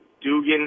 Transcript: Dugan